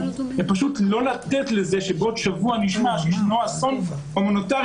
ופשוט לא לתת שבעוד שבוע נשמע שיש אסון הומניטרי